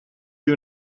you